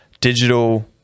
digital